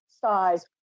size